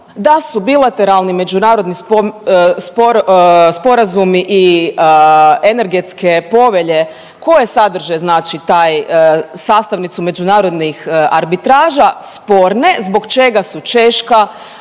da su bilateralni međunarodni sporazumi i energetske povelje koje sadrže, znači taj sastavnicu međunarodnih arbitraža sporne zbog čega su Češka,